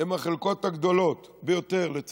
הן החלקות הגדולות ביותר, לצערנו.